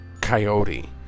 coyote